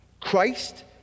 Christ